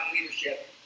leadership